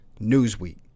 Newsweek